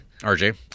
RJ